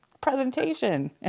presentation